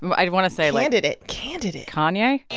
i want to say, like. candidate. candidate kanye? yeah